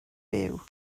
byw